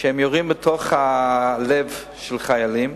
שהם יורים בתוך הלב של חיילים,